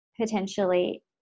potentially